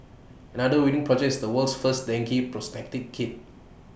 another winning project is the world's first dengue prognostic kit